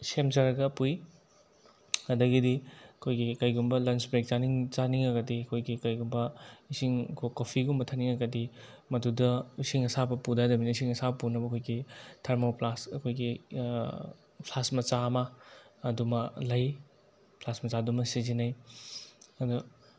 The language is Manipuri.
ꯁꯦꯝꯖꯔꯒ ꯄꯨꯏ ꯑꯗꯒꯤꯗꯤ ꯑꯩꯈꯣꯏꯒꯤ ꯀꯩꯒꯨꯝꯕ ꯂꯟꯆ ꯕ꯭ꯔꯦꯛ ꯆꯥꯅꯤꯡ ꯆꯥꯅꯤꯡꯉꯒꯗꯤ ꯑꯩꯈꯣꯏꯒꯤ ꯀꯩꯒꯨꯝꯕ ꯏꯁꯤꯡ ꯀꯣꯐꯤꯒꯨꯝꯕ ꯊꯛꯅꯤꯡꯉꯒꯗꯤ ꯃꯗꯨꯗ ꯏꯁꯤꯡ ꯑꯁꯥꯕ ꯄꯨꯗꯕ ꯌꯥꯗꯕꯅꯤ ꯏꯁꯤꯡ ꯑꯁꯥꯕ ꯄꯨꯅꯕ ꯑꯩꯈꯣꯏꯒꯤ ꯊꯔꯃꯣꯐ꯭ꯂꯥꯁꯛ ꯑꯩꯈꯣꯏꯒꯤ ꯐ꯭ꯂꯥꯁꯛ ꯃꯆꯥ ꯑꯃ ꯑꯗꯨꯃ ꯂꯩ ꯐ꯭ꯂꯥꯁꯛ ꯃꯆꯥꯗꯨꯃ ꯁꯤꯖꯤꯟꯅꯩ ꯑꯗꯣ